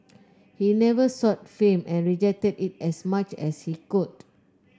he never sought fame and rejected it as much as he could